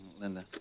Linda